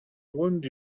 wound